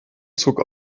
zog